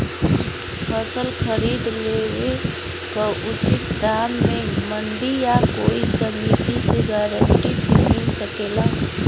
फसल खरीद लेवे क उचित दाम में मंडी या कोई समिति से गारंटी भी मिल सकेला?